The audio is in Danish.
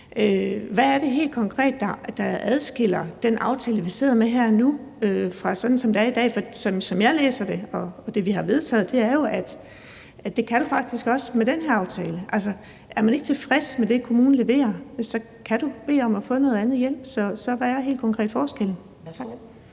Hvad er det helt konkret, der er forskellen på den aftale, vi sidder med her nu, og situationen, som den er i dag? Som jeg læser det – og det er det, vi har vedtaget – er det jo sådan, at du kan faktisk også kan det med den her aftale. Altså, er man ikke tilfreds med det, kommunen leverer, kan man bede om at få noget andet hjælp. Så hvad er forskellen